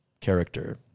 character